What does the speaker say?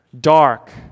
dark